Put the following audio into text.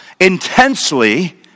intensely